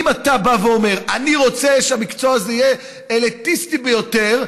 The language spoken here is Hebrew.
אם אתה בא ואומר: אני רוצה שהמקצוע הזה יהיה אליטיסטי ביותר,